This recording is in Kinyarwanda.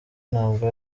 ntabwo